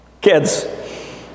kids